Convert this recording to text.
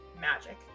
magic